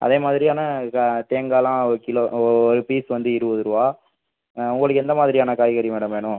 அதே மாதிரியான க தேங்காய்லாம் ஒரு கிலோ ஓ ஒரு பீஸ் வந்து இருபதுருவா உங்களுக்கு எந்த மாதிரியான காய்கறி மேடம் வேணும்